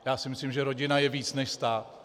Já si myslím, že rodina je více než stát.